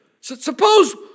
Suppose